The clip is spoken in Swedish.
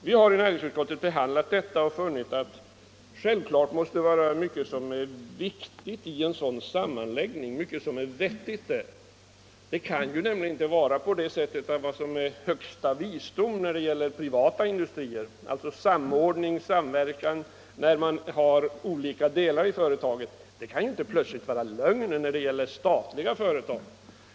Vi har i näringsutskottet behandlat detta förslag och funnit att det i en sådan sammanläggning naturligtvis måste vara mycket som är viktigt och vettigt. Det kan nämligen inte vara på det sättet att vad som är högsta visdom inom privata industrier — alltså samordning och samverkan mellan olika delar i företaget — plötsligt blir lögn när det gäller statliga företag.